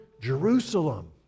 Jerusalem